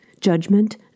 judgment